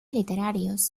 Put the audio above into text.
literarios